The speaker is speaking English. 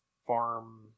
Farm